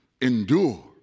endure